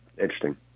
Interesting